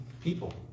people